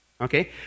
Okay